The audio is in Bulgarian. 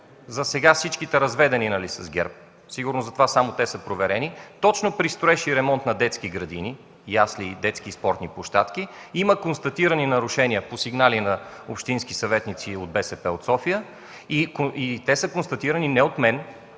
засега всичките разведени с ГЕРБ, сигурно затова само те са проверени, точно при строеж и ремонт на детски градини, ясли и детски спортни площадки има констатирани нарушения по сигнали на общински съветници от БСП от София. Те са констатирани не от мен,